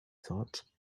thought